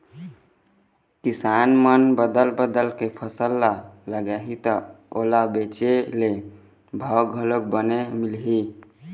किसान मन बदल बदल के फसल ल लगाही त ओला बेचे ले भाव घलोक बने मिलही